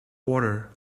water